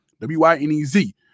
W-Y-N-E-Z